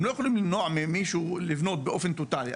הם לא יכולים למנוע ממישהו לבנות באופן טוטאלי,